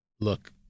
Look